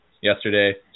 yesterday